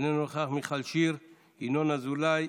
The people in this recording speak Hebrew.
אינו נוכח, מיכל שיר, אינה נוכחת, ינון אזולאי,